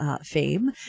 fame